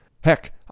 Heck